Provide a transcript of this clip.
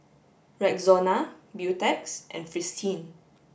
Rexona Beautex and Fristine